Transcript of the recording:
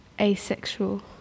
Asexual